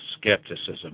skepticism